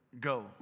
go